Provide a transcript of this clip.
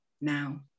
now